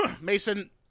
Mason